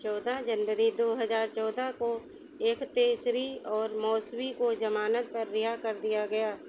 चौदह जनवरी दो हजार चौदह को एखतेसरी और मौसवी को जमानत पर रिहा कर दिया गया